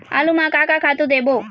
आलू म का का खातू देबो?